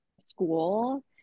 school